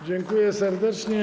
Dziękuję serdecznie.